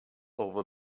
over